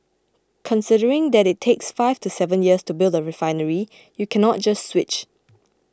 considering that it takes five to seven years to build a refinery you cannot just switch